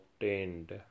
obtained